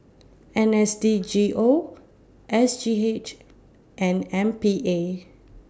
N S D G O S G H and M P A